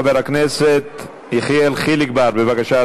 בבקשה,